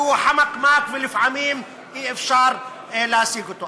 שהוא חמקמק ולפעמים אי-אפשר להשיג אותו.